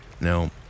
Now